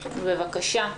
בבקשה.